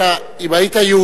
אתה אומר, כבודו?